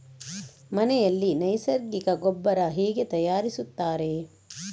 ಮನೆಯಲ್ಲಿ ನೈಸರ್ಗಿಕ ಗೊಬ್ಬರ ಹೇಗೆ ತಯಾರಿಸುತ್ತಾರೆ?